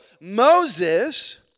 Moses